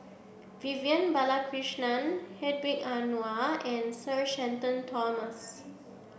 Vivian Balakrishnan Hedwig Anuar and Sir Shenton Thomas